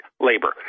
labor